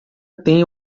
tenha